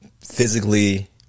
physically